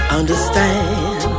understand